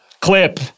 clip